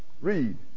Read